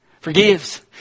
forgives